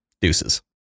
Deuces